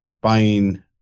buying